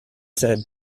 said